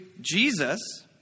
Jesus